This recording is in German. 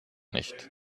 nicht